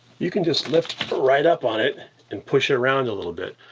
you can just lift right up on it and push it around a little bit.